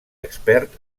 expert